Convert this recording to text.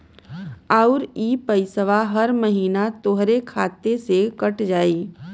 आउर इ पइसवा हर महीना तोहरे खाते से कट जाई